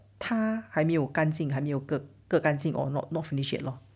他还没有干净还没有割割干净 or not not finished yet lor